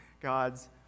God's